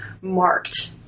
marked